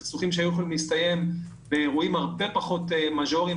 סכסוכים שהיו יכולים להסתיים באירועים הרבה פחות מז'וריים,